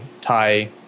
Thai